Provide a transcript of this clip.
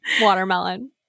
watermelon